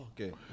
okay